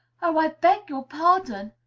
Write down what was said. oh, i beg your pardon!